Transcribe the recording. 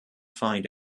find